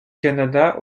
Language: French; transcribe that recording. canada